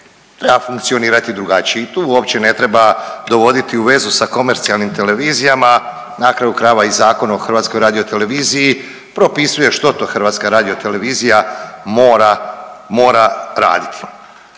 treba funkcionirati drugačije i tu uopće ne treba dovoditi u vezu sa komercijalnim televizijama, na kraju krajeva i Zakon o HRT-u propisuje što to HRT mora raditi.